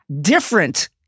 different